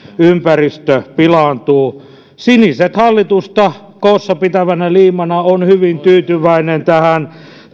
ympäristö pilaantuu siniset hallitusta koossa pitävänä liimana on hyvin tyytyväinen tähän